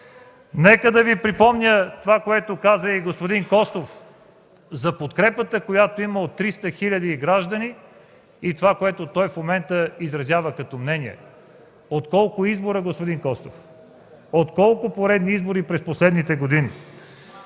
Нека да Ви припомня това, което каза и господин Костов – за подкрепата, която има от 300 хил. граждани и онова, което той в момента изразява като мнение. От колко избора, господин Костов? От колко поредни избора през последните години?